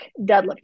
deadlifting